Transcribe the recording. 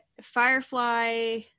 Firefly